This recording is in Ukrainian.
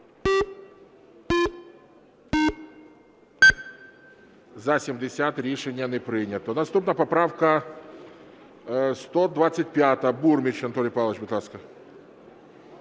За-70 Рішення не прийнято. Наступна поправка 125. Бурміч Анатолій Павлович, будь ласка.